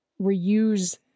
reuse